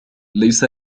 ليس